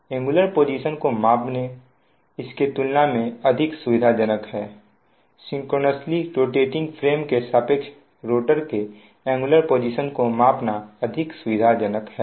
angular position को मापना इसके तुलना में अधिक सुविधाजनक है सिंक्रोनयसली रोटेटिंग फ्रेम के सापेक्ष रोटर के एंगुलर पोजीशन को मापना अधिक सुविधाजनक है